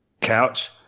Couch